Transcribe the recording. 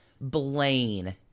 Blaine